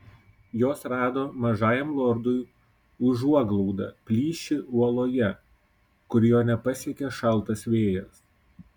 jos rado mažajam lordui užuoglaudą plyšį uoloje kur jo nepasiekė šaltas vėjas